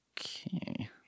Okay